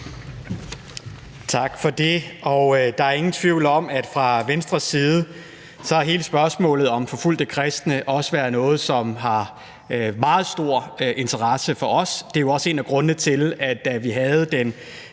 Tak for det. Der er ingen tvivl om, at fra Venstres side har hele spørgsmålet om forfulgte kristne også været noget, som har meget stor interesse for os. Det er jo også en af grundene til, at det under